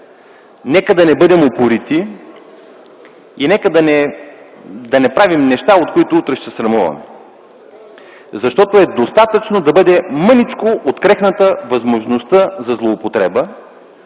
Нека да не бъдем упорити и да не правим неща, от които утре ще се срамуваме, защото е достатъчно да бъде мъничко открехната възможността за злоупотреба,